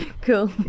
Cool